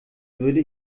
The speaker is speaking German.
würde